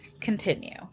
Continue